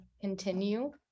continue